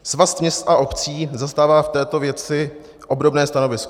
Svaz měst a obcí zastává v této věci obdobné stanovisko.